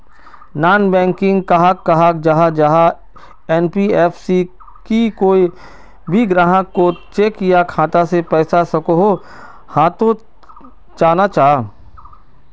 Non banking कहाक कहाल जाहा जाहा एन.बी.एफ.सी की कोई भी ग्राहक कोत चेक या खाता से पैसा सकोहो, हाँ तो चाँ ना चाँ?